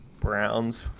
Browns